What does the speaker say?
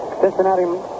Cincinnati